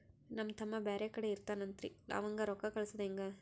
ನಮ್ ತಮ್ಮ ಬ್ಯಾರೆ ಕಡೆ ಇರತಾವೇನ್ರಿ ಅವಂಗ ರೋಕ್ಕ ಕಳಸದ ಹೆಂಗ?